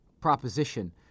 proposition